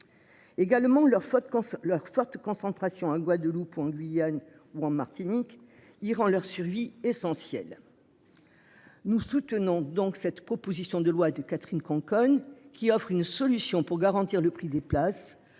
qu'on leur forte concentration en Guadeloupe, en Guyane ou en Martinique Iran leur survie essentiel. Nous soutenons donc cette proposition de loi de Catherine Conconne qui offre une solution pour garantir le prix des places,